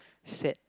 sad